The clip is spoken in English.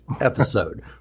episode